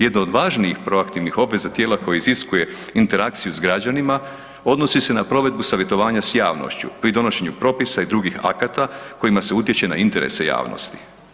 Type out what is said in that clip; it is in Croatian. Jedna od važnijih proaktivnih obveza tijela koja iziskuje interakciju s građanima odnosi se na provedbu savjetovanja s javnošću pri donošenju propisa i drugih akata kojima se utječe na interese javnosti.